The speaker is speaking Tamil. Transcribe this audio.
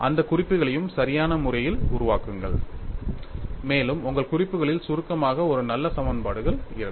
அந்தக் குறிப்புகளையும் சரியான முறையில் உருவாக்குங்கள் மேலும் உங்கள் குறிப்புகளில் சுருக்கமாக ஒரு நல்ல சமன்பாடுகள் இருக்கும்